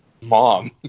mom